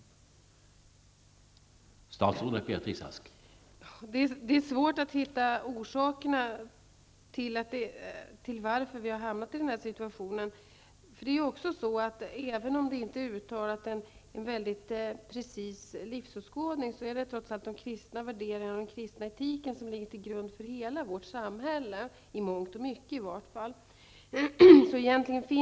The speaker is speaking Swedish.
Vad har statsrådet för synpunkt på detta?